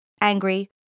angry